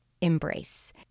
Embrace